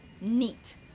Neat